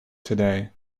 today